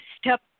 step